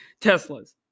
Teslas